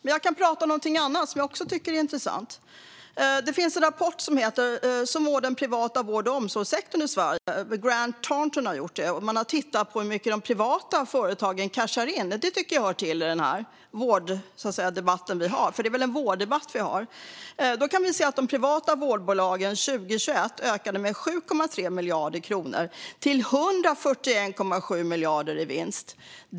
Men jag kan prata om något annat som jag också tycker är intressant. Det finns en rapport av Grant Thornton som heter Så mår den privata vård och omsorgssektorn i Sverige . Man har tittat på hur mycket de privata företagen cashar in - det tycker jag hör till den här vårddebatten, för det är väl en sådan vi har? Vi kan se att de privata vårdbolagens vinster 2021 ökade med 7,3 miljarder kronor, till 141,7 miljarder.